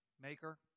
maker